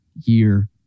year